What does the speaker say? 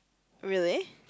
really